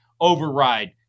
override